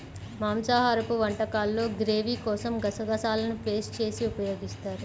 మాంసాహరపు వంటకాల్లో గ్రేవీ కోసం గసగసాలను పేస్ట్ చేసి ఉపయోగిస్తారు